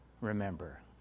remember